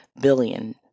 billion